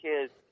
kids